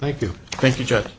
thank you thank you just